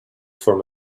from